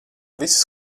viss